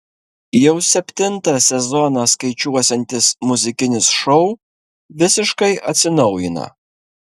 jau septintą sezoną skaičiuosiantis muzikinis šou visiškai atsinaujina